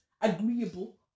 agreeable